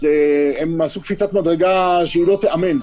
אז הם עשו קפיצת מדרגה שלא תיאמן.